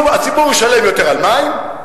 הציבור ישלם יותר על מים,